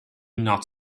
not